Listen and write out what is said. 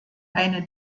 eine